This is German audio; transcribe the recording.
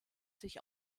sich